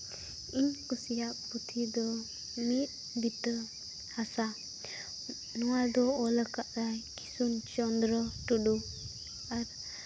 ᱤᱧ ᱠᱩᱥᱤᱭᱟᱜ ᱯᱩᱛᱷᱤ ᱫᱚ ᱢᱤᱫ ᱵᱤᱛᱟᱹ ᱦᱟᱥᱟ ᱱᱚᱣᱟ ᱫᱚ ᱚᱞ ᱠᱟᱫ ᱟᱭ ᱠᱨᱤᱥᱱᱚ ᱪᱚᱱᱫᱨᱚ ᱴᱩᱰᱩ